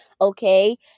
okay